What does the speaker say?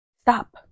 stop